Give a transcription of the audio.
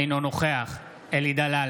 אינו נוכח אלי דלל,